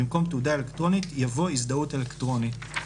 במקום "תעודה אלקטרונית" יבוא "הזדהות אלקטרונית".